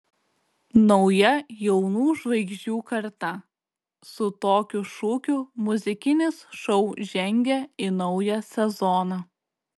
nauja jaunų žvaigždžių karta su tokiu šūkiu muzikinis šou žengia į naują sezoną